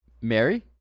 Mary